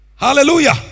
Hallelujah